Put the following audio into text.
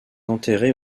enterré